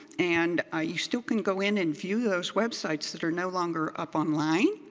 and ah you still can go in and view those websites that are no longer up online.